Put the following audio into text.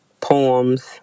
poems